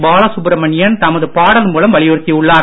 பாலசுப்ரமணியன் தமது பாடல் மூலம் வலியுறுத்தியுள்ளார்